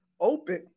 open